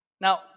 Now